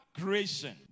creation